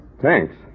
Thanks